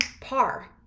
par